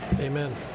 Amen